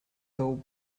though